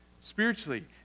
spiritually